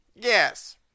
Yes